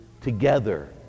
together